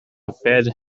feather